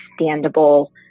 understandable